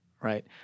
right